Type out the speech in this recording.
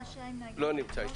הוא לא נמצא אתנו.